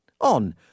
on